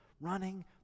running